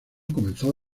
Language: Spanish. comenzó